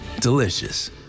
delicious